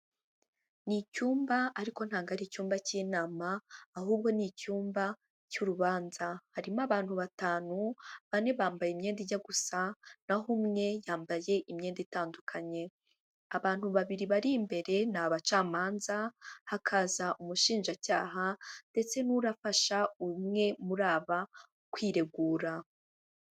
Ni icyumba ariko ntabwo ari icyumba cy'inama ahubwo ni icyumba cy'urubanza, harimo abantu batanu, bane bambaye imyenda ijya gusa na ho umwe yambaye imyenda itandukanye, abantu babiri bari imbere ni abacamanza, hakaza umushinjacyaha ndetse n'urafasha umwe muri aba kwiregura.